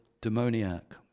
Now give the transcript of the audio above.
demoniac